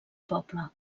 poble